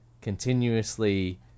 continuously